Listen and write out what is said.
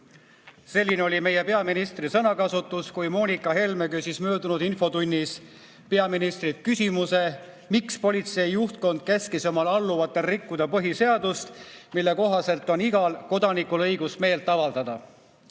Selline oli meie peaministri sõnakasutus, kui Moonika Helme küsis möödunud infotunnis peaministrilt küsimuse, miks politsei juhtkond käskis oma alluvatel rikkuda põhiseadust, mille kohaselt on igal kodanikul õigus meelt avaldada.